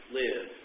live